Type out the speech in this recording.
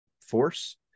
force